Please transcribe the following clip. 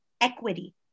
equity